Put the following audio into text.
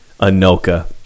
Anoka